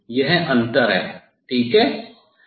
यह अंतर है ठीक है